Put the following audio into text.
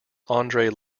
andrea